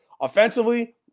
Offensively